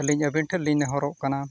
ᱟᱞᱤᱧ ᱟᱵᱤᱱ ᱴᱷᱮᱱᱞᱤᱧ ᱱᱮᱦᱚᱨᱚᱜ ᱠᱟᱱᱟ